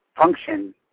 function